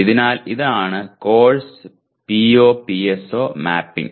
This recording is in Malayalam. അതിനാൽ ഇതാണ് കോഴ്സ് POPSO മാപ്പിംഗ്